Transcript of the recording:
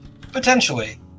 potentially